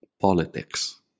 politics